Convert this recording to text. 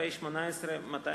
פ/268/18.